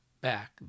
back